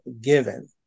given